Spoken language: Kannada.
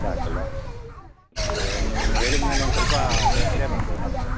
ಸಾಕಲ್ಲವಾ ನೀವು ಇದ್ನ ಹೇಳಿದ ಮೇಲೆ ಒಂದು ಸ್ವಲ್ಪ ಧೈರ್ಯ ಬಂತು ಡಾಕ್ಟ್ರೆ